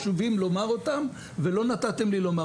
יש לי דברים חשובים לומר אותם ולא נתתם לי לומר אותם.